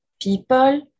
people